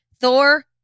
Thor